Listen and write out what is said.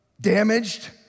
damaged